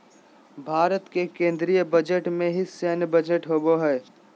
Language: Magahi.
भारत के केन्द्रीय बजट में ही सैन्य बजट होबो हइ